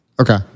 Okay